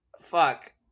Fuck